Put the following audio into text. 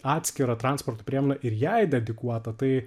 atskiro transporto priemonę ir jai dedikuotą tai